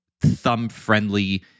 thumb-friendly